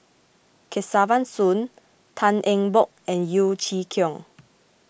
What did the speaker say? Kesavan Soon Tan Eng Bock and Yeo Chee Kiong